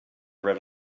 read